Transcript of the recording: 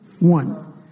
One